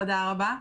תודה רבה.